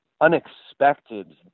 unexpected